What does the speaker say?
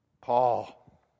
Paul